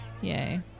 Yay